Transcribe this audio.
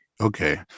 Okay